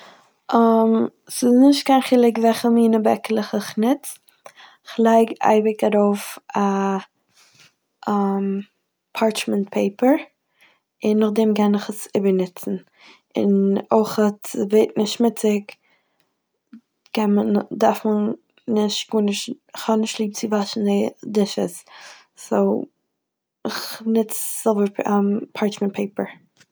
ס'איז נישט קיין חילוק וועלכע מינע בעקעלעך אין נוץ, כ'לייג אייביג ארויף א פארטשמענט פעיפער, און נאכדעם קען איך עס איבערנוצן, און אויך ס'ווערט נישט שמוציג קען מען- דארף מען נישט גארנישט- כ'האב נישט ליב צו וואשן די דישעס- סאו איך נוץ סילווער פע- פארטשמענט פעיפער.